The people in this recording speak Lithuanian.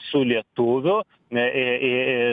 su lietuviu na į į